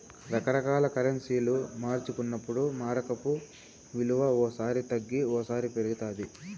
రకరకాల కరెన్సీలు మార్చుకున్నప్పుడు మారకపు విలువ ఓ సారి తగ్గి ఓసారి పెరుగుతాది